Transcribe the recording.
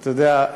ואתה יודע,